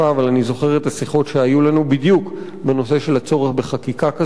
אבל אני זוכר את השיחות שהיו לנו בדיוק בנושא של הצורך בחקיקה כזאת.